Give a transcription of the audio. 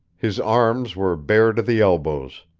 his arms were bare to the elbows.